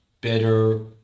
better